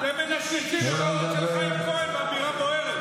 אתם מנשנשים את האוכל של חיים כהן והמדינה בוערת.